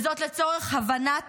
וזאת לצורך הבנת